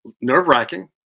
nerve-wracking